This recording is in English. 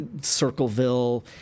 Circleville